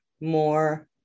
more